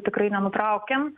tikrai nenutraukėm